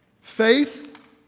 Faith